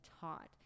taught